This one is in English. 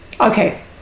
Okay